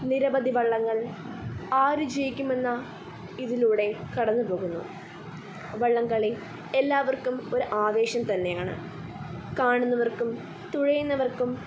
നിരവധി വള്ളങ്ങൾ ആരു ജയിക്കുമെന്ന ഇതിലൂടെ കടന്നു പോകുന്നു വള്ളം കളി എല്ലാവർക്കും ഒരു ആവേശം തന്നെയാണ് കാണുന്നവർക്കും തുഴയുന്നവർക്കും